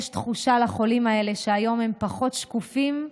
יש תחושה לחולים האלה שהיום הם פחות שקופים,